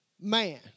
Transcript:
man